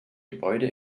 gebäude